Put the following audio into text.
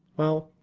well,